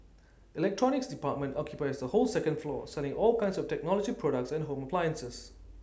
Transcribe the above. electronics department occupies the whole second floor selling all kinds of technology products and home appliances